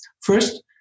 first